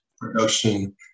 production